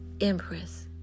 empress